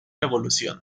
evolución